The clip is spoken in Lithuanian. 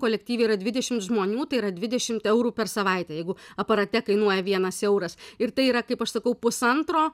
kolektyve yra dvidešimt žmonių tai yra dvidešimt eurų per savaitę jeigu aparate kainuoja vienas euras ir tai yra kaip aš sakau pusantro